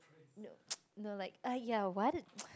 no no like !aiya! what